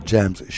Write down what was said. Jams